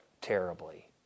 terribly